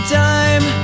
time